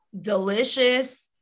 delicious